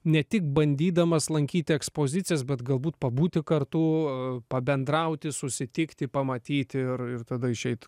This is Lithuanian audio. ne tik bandydamas lankyti ekspozicijas bet galbūt pabūti kartu pabendrauti susitikti pamatyti ir ir tada išeit